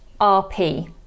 RP